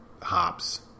hops